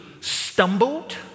stumbled